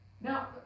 Now